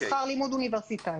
שכר לימוד אוניברסיטאי.